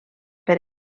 per